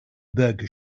burger